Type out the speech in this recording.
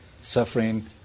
suffering